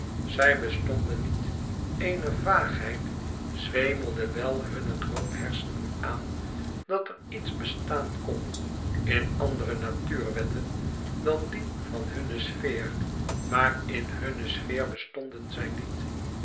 zij bestonden niet eene vaagheid zweemde wel hunne droomhersenen aan dat er iets bestaan kon in andere natuurwetten dan die van hunne sfeer maar in hunne sfeer bestonden zij niet